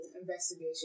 investigation